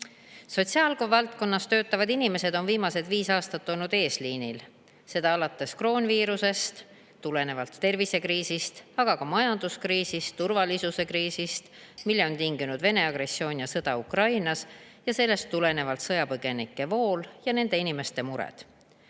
Sotsiaalvaldkonnas töötavad inimesed on viimased viis aastat olnud eesliinil, seda alates kroonviirusest tulenenud tervisekriisist, aga ka seoses majanduskriisi ja turvalisuse kriisiga, mille on tinginud Vene agressioon ja sõda Ukrainas ning sellest tulenenud sõjapõgenike vool ja nende inimeste mured.